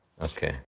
Okay